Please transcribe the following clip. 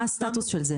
מה הסטטוס של זה?